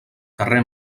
carrer